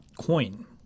coin